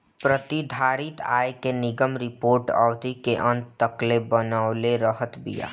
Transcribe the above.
प्रतिधारित आय के निगम रिपोर्ट अवधि के अंत तकले बनवले रहत बिया